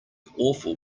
awful